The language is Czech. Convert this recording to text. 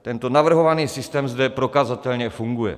Tento navrhovaný systém zde prokazatelně funguje.